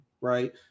right